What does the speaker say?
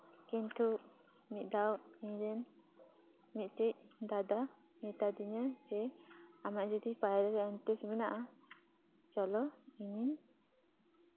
ᱠᱤᱱᱛᱩ ᱢᱤᱫ ᱫᱷᱟᱣ ᱤᱧ ᱨᱮᱱ ᱢᱤᱫᱴᱤᱡ ᱫᱟᱫᱟ ᱢᱮᱛᱟ ᱫᱤᱧᱟᱭ ᱡᱮ ᱟᱢᱟᱜ ᱡᱩᱫᱤ ᱯᱟᱭᱨᱟᱜ ᱨᱮ ᱤᱱᱴᱟᱨᱮᱥᱴ ᱢᱮᱱᱟᱜᱼᱟ ᱪᱚᱞᱚ ᱤᱧ